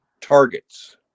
targets